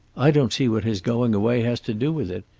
i don't see what his going away has to do with it.